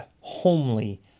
homely